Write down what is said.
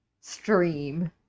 stream